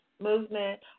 movement